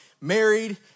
married